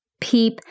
PEEP